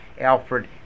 Alfred